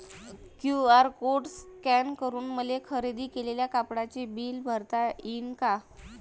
QR code scan करून मले खरेदी केलेल्या कापडाचे बिल भरता यीन का?